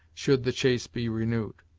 should the chase be renewed.